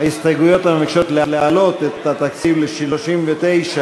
ההסתייגויות לסעיף 39,